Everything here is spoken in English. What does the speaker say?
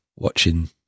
watching